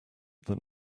that